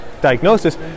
diagnosis